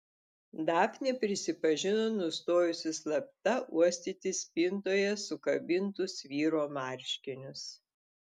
dafnė prisipažino nustojusi slapta uostyti spintoje sukabintus vyro marškinius